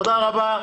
תודה רבה.